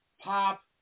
pop